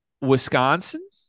Wisconsin